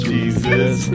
Jesus